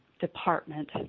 department